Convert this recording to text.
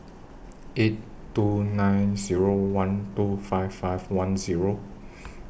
eight two nine Zero one two five five one Zero